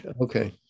Okay